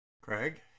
Craig